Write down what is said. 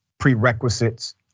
Prerequisites